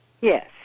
Yes